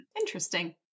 Interesting